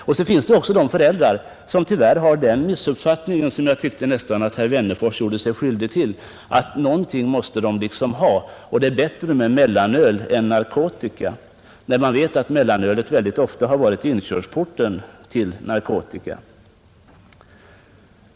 Tyvärr finns också föräldrar som har den uppfattningen — en uppfattning som framskymtade även i herr Wennerfors” anförande — att någonting måste ungdomarna ha och att det då är bättre med mellanöl än narkotika. Att detta är en missuppfattning står klart när vi vet att mellanölet mycket ofta är inkörsporten till narkotika.